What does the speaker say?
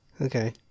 Okay